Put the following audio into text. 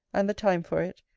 and the time for it,